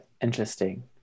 interesting